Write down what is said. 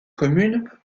commune